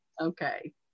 okay